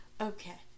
Okay